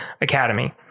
Academy